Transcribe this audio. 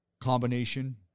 combination